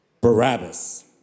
Barabbas